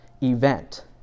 event